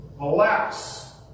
Alas